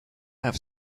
have